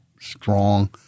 strong